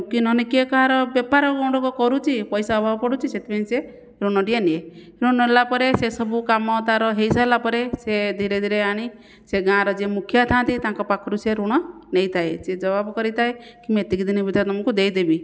କିଏ ନହେଲେ କିଏ କାହାର ବେପାର କ'ଣ ଗୋଟେ କରୁଛି ପଇସା ଅଭାବ ପଡ଼ୁଛି ସେଥିପାଇଁ ସିଏ ଋଣଟିଏ ନିଏ ଋଣ ନେଲାପରେ ସେ ସବୁ କାମ ତାହାର ହୋଇସାରିଲା ପରେ ସିଏ ଧୀରେଧୀରେ ଆଣି ସେ ଗାଁର ଯିଏ ମୁଖିଆ ଥାଆନ୍ତି ତାଙ୍କ ପାଖରୁ ସିଏ ଋଣ ନେଇଥାଏ ସିଏ ଜବାବ କରିଥାଏ କି ମୁଁ ଏତିକି ଦିନ ଭିତରେ ତୁମକୁ ଦେଇଦେବି